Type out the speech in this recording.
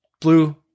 Blue